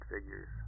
figures